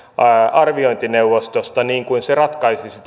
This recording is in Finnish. arviointineuvostosta niin kuin se ratkaisisi